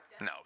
No